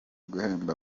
guhemba